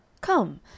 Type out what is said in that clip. Come